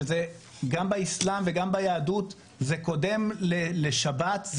שגם באסלאם וגם ביהדות זה קודם לשבת,